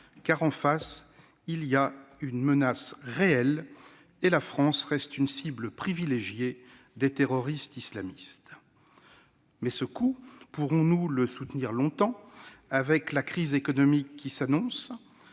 Car en face, il y a une menace réelle et la France reste une cible privilégiée des terroristes islamistes. Mais pourrons-nous longtemps soutenir ce coût, avec la crise économique qui s'annonce ?